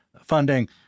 funding